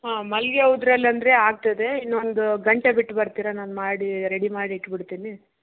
ಹಾಂ ಮಲ್ಲಿಗೆ ಹೂದ್ರಲ್ಲಿ ಅಂದರೆ ಆಗ್ತದೆ ಇನ್ನೊಂದು ಗಂಟೆ ಬಿಟ್ಟು ಬರ್ತೀರಾ ನಾನು ಮಾಡಿ ರೆಡಿ ಮಾಡಿ ಇಟ್ಟುಬಿಡ್ತೀನಿ